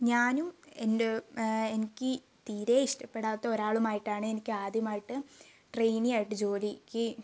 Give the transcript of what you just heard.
ഞാനും എൻ്റെ എനിക്ക് തീരേ ഇഷ്ടപെടാത്ത ഒരാളുമായിട്ടാണ് എനിക്ക് ആദ്യമായിട്ട് ട്രെയിനിയായിട്ട് ജോലിക്ക്